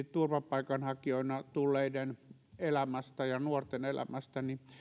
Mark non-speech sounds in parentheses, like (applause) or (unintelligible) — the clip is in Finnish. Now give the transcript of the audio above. (unintelligible) turvapaikanhakijoina tulleiden elämästä ja nuorten elämästä niin